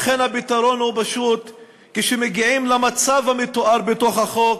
לכן הפתרון הוא פשוט: כשמגיעים למצב המתואר בחוק,